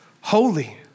holy